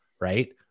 right